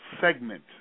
segment